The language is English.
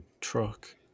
truck